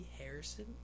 Harrison